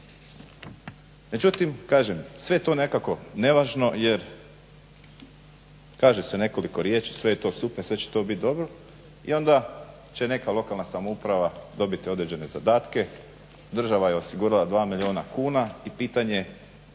Međutim kažem sve je to nekako nevažno jer kaže se nekoliko riječi, sve je to super, sve će to biti dobro i onda će neka lokalna samouprava dobiti određene zadatke, država je osigurala 2 milijuna kuna i pitanje